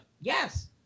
Yes